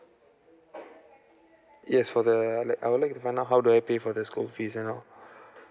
yes for the I'd like I would like to find out how do I pay for the school fees you know